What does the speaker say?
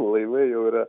laivai jau yra